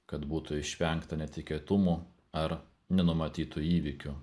kad būtų išvengta netikėtumų ar nenumatytų įvykių